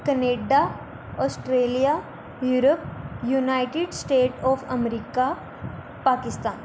Canada Australia Europe united state of America Pakistan